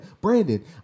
Brandon